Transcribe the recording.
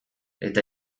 eta